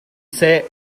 seh